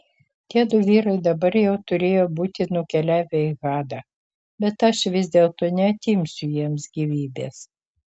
tiedu vyrai dabar jau turėjo būti nukeliavę į hadą bet aš vis dėlto neatimsiu jiems gyvybės